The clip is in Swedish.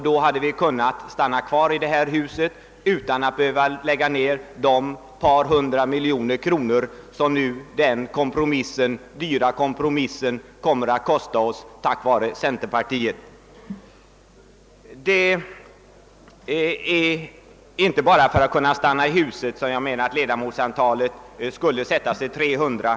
Då hade vi kunnat bli kvar i detta hus och inte behövt lägga ut de ett par hundra miljoner som den dyra kompromissen nu kommer att kosta oss — detta på grund av centerpartiets ställningstagande. Det är emellertid inte bara för att riksdagen skall kunna stanna kvar i sitt hus som jag ansett att ledamotsantalet skulle sättas till 300.